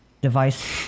device